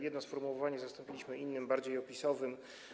Jedno sformułowanie zastąpiliśmy innym, bardziej opisowym.